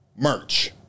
merch